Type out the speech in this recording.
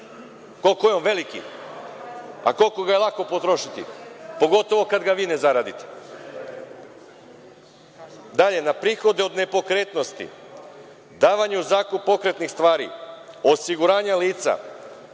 koliko je on veliki, a koliko ga je lako potrošiti, pogotovo kad ga vi ne zaradite. Dalje, na prihode od nepokretnosti, davanje u zakup pokretnih stvari, osiguranja lica.